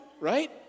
right